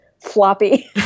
floppy